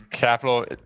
Capital